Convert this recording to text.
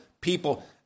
people